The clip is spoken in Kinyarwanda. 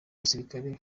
gisirikare